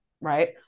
Right